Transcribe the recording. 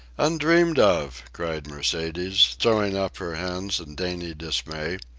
undreamed of! cried mercedes, throwing up her hands in dainty dismay.